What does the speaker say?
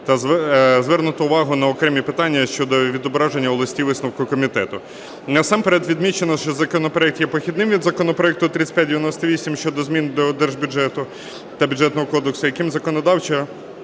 та звернуто увагу на окремі питання щодо відображення в листі висновку комітету. Насамперед відмічено, що законопроект є похідним від законопроекту 3598 щодо змін до Держбюджету та Бюджетного кодексу, яким законодавчо